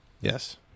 Yes